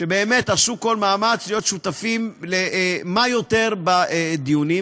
שבאמת עשו כל מאמץ להיות שותפים כמה שיותר בדיונים,